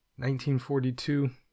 1942